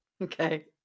Okay